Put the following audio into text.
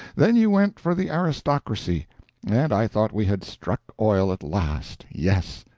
then you went for the aristocracy and i thought we had struck oil at last yes.